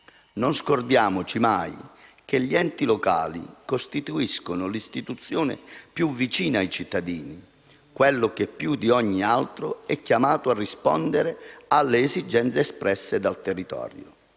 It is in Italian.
Non scordiamoci mai che gli enti locali costituiscono l'istituzione più vicina ai cittadini, quella che più di ogni altra è chiamata a rispondere alle esigenze espresse dal territorio.